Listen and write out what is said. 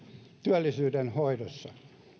työllisyyden hoidossa